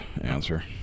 answer